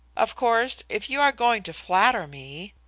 of course, if you are going to flatter me!